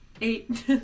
Eight